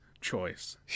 choice